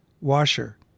washer